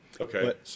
Okay